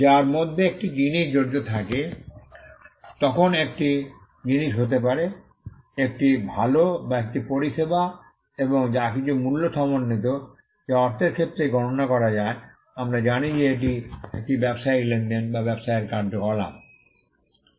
যার মধ্যে একটি জিনিস জড়িত থাকে তখন একটি জিনিস হতে পারে একটি ভাল বা একটি পরিষেবা এবং যা কিছু মূল্য সমন্বিত যা অর্থের ক্ষেত্রে গণনা করা যায় আমরা জানি যে এটি একটি ব্যবসায়িক লেনদেন বা ব্যবসায়ের কার্যকলাপ